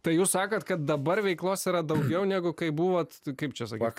tai jūs sakot kad dabar veiklos yra daugiau negu kai buvot kaip čia sakyt